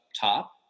top